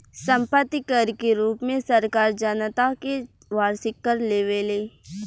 सम्पत्ति कर के रूप में सरकार जनता से वार्षिक कर लेवेले